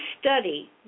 study